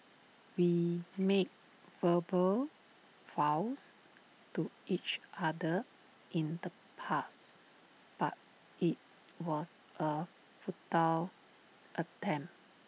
we made verbal vows to each other in the past but IT was A futile attempt